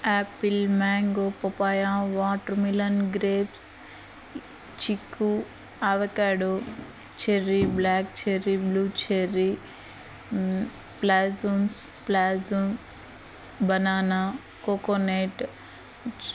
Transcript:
Apple mango papaya watermelon grapes chikoo avocado cherry black cherry blue cherry plums plum banana coconut